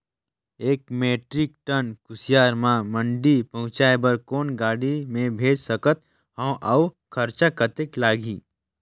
एक metric tonne कुसियार ल मंडी पहुंचाय बर कौन गाड़ी मे भेज सकत हव अउ खरचा कतेक लगही?